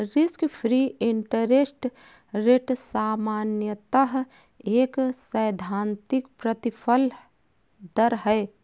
risk free interest rate सामान्यतः एक सैद्धांतिक प्रतिफल दर है